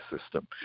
system